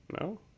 No